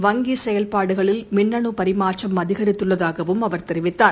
வங்கிசெயல்பாடுகளில் மின்னணுபரிமாற்றம் அதிகரித்துள்ளதாகவும் அவர் தெரிவித்தார்